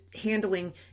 handling